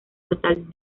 total